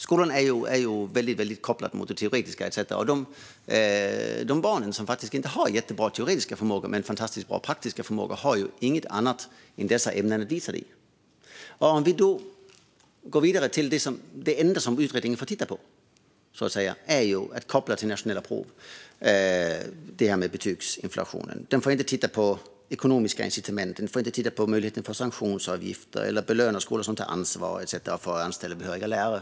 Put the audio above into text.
Skolan är väldigt kopplad mot det teoretiska, och de barn som faktiskt inte har jättebra teoretiska förmågor men fantastiskt bra praktiska förmågor har ju ingen annanstans att visa det än i dessa ämnen. Om vi går vidare är det enda som utredningen får titta på när det gäller betygsinflationen kopplat till nationella prov. Utredningen får inte titta på ekonomiska incitament och inte heller på möjligheten till sanktionsavgifter eller att belöna skolor som tar ansvar för att anställa behöriga lärare.